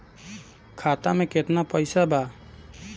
खाता में केतना पइसा बा?